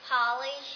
Polly